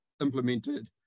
implemented